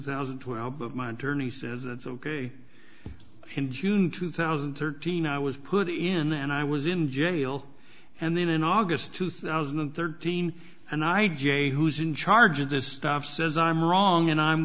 thousand and twelve of my attorney says it's ok in june two thousand and thirteen i was put in and i was in jail and then in august two thousand and thirteen and i j who's in charge of this stuff says i'm wrong and i'm